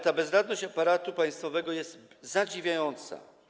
Ta bezradność aparatu państwowego jest zadziwiająca.